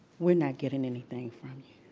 we're not getting anything from you.